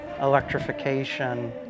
electrification